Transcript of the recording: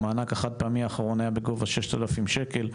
המענק החד פעמי האחרון היה בגובה של כ-6,000 שקלים,